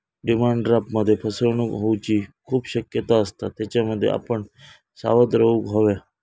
demand ड्राफ्टमध्ये फसवणूक होऊची खूप शक्यता असता, त्येच्यासाठी आपण सावध रेव्हूक हव्या